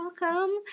welcome